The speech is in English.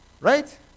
Right